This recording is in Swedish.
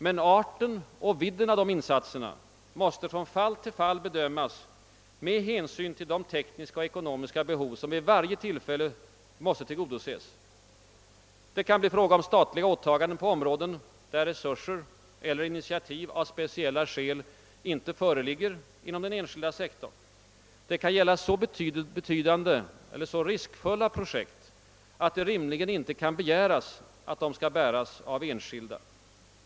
Men arten och vidden av dessa insatser måste från fall till fall bedömas med hänsyn till de tekniska och ekonomiska behov som vid varje tillfälle måste tillgodoses. Det kan bli fråga om statliga åtaganden på områden, där resurser eller initiativ av speciella skäl icke föreligger inom den enskilda sektorn. Det kan gälla så betydande eller så riskfyllda projekt, att det rimligen inte kan begäras att de skall bäras av enskilda.